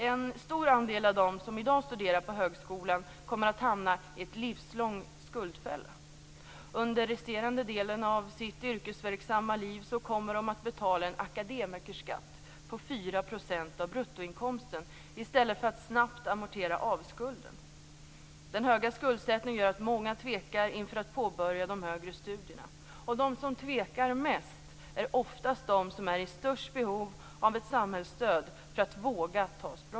En stor andel av dem som i dag studerar på högskolan kommer att hamna i en livslång skuldfälla. Under den resterande delen av sitt yrkesverksamma liv kommer de att betala en akademikerskatt på 4 % av bruttoinkomsten i stället för att snabbt amortera av skulden. Den höga skuldsättningen gör att många tvekar inför att påbörja högre studier. De som tvekar mest är ofta de som är i störst behov av ett samhällsstöd för att våga ta språnget.